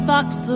box